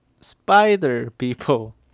Spider-People